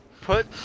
Put